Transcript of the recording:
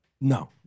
No